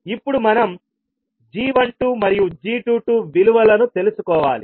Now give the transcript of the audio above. ఇప్పుడు మనం g12 మరియు g22 విలువలను తెలుసుకోవాలి